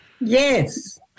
Yes